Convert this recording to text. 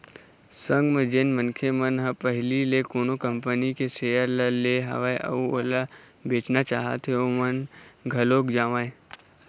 संग म जेन मनखे मन ह पहिली ले कोनो कंपनी के सेयर ल ले हवय अउ ओला बेचना चाहत हें ओमन घलोक जावँय